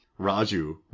Raju